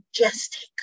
majestic